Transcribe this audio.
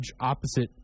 opposite